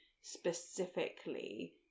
specifically